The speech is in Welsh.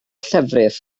llefrith